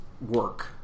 work